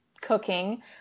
cooking